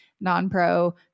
non-pro